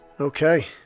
Okay